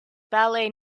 ballet